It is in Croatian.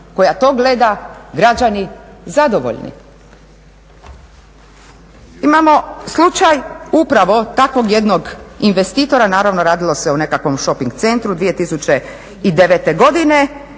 koja to gleda građani zadovoljni. Imao slučaj upravo takvog jednog investitora, naravno radilo se o nekakvom šoping centru, 2009. godine